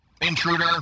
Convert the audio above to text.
Intruder